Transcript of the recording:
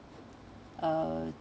uh